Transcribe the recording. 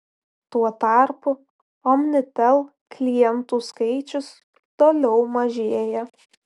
tuo tarpu omnitel klientų skaičius toliau mažėja